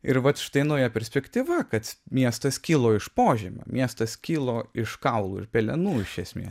ir vat štai nauja perspektyva kad miestas kilo iš požemio miestas kilo iš kaulų ir pelenų iš esmė